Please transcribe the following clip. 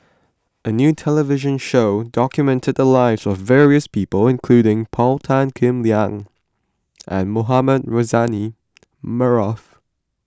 a new television show documented the lives of various people including Paul Tan Kim Liang and Mohamed Rozani Maarof